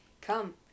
come